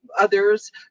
others